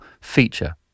feature